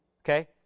okay